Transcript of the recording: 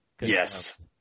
Yes